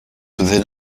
within